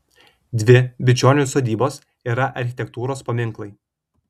dvi bičionių sodybos yra architektūros paminklai